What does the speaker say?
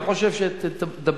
אני חושב שתדבר,